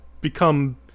become